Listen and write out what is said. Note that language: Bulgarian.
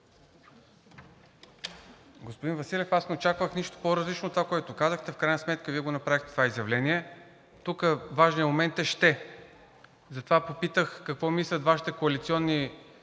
Господин Василев, аз не очаквах нищо по-различно от това, което казахте. В крайна сметка Вие направихте това изявление. Тук важният момент е „ще“. Затова попитах какво мислят Вашите коалиционни